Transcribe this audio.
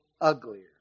uglier